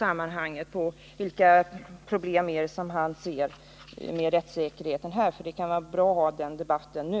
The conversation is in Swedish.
Rättssäkerhetsaspekterna måste ju beaktas i det här sammanhanget. Det kan vara bra att ha den debatten nu.